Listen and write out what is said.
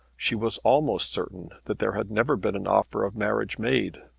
she was almost certain that there had never been an offer of marriage made.